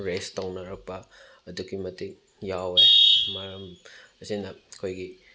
race ꯇꯧꯅꯔꯛꯄ ꯑꯗꯨꯛꯀꯤ ꯃꯇꯤꯛ ꯌꯥꯎꯋꯦ ꯃꯔꯝ ꯑꯁꯤꯅ ꯑꯩꯈꯣꯏꯒꯤ